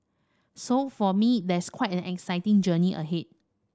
so for me there's quite an exciting journey ahead